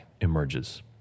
emerges